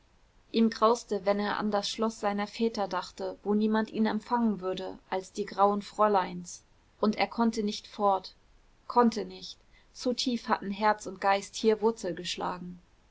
ihm grauste wenn er an das schloß seiner väter dachte wo niemand ihn empfangen würde als die grauen fräuleins und er konnte nicht fort konnte nicht zu tief hatten herz und geist hier wurzel geschlagen